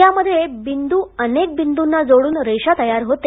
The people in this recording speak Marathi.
त्यामध्ये बिंदू अनेक बिंदूना जोडून रेषा तयार होते